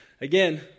again